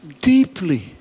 deeply